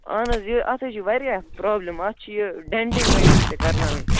اَہَن حظ یہِ اَتھ حظ چھِ واریاہ پرٛابلِم اَتھ چھِ یہِ ڈیٚنٹِنٛگ وٮ۪نٹِنٛگ تہِ کَرناوٕنۍ